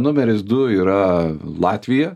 numeris du yra latvija